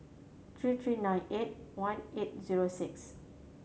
three three nine eight one eight zero six